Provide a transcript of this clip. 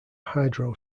hydro